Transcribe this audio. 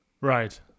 Right